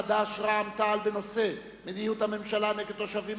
חד"ש ורע"ם-תע"ל בנושא: מדיניות הממשלה נגד תושבים